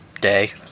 day